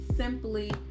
simply